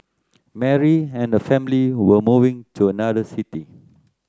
Mary and her family were moving to another city